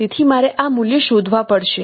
તેથી મારે આ મૂલ્ય શોધવા પડશે